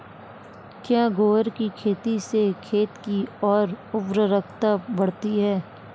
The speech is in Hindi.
क्या ग्वार की खेती से खेत की ओर उर्वरकता बढ़ती है?